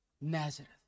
Nazareth